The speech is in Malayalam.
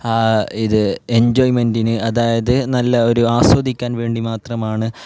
ഇത് എൻജോയ്മെൻറ്റിന് അതായത് നല്ല ഒരു ആസ്വദിക്കാൻ വേണ്ടി മാത്രമാണ്